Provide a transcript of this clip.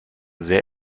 sehr